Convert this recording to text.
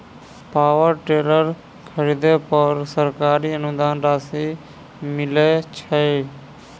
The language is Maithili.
पावर टेलर खरीदे पर सरकारी अनुदान राशि मिलय छैय?